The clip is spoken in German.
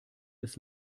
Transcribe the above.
des